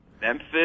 Memphis